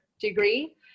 degree